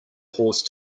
horse